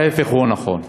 אבל ההפך הוא הנכון.